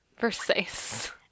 Versace